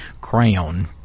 crayon